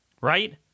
Right